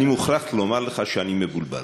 אני מוכרח לומר לך שאני מבולבל,